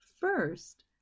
First